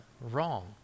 wrong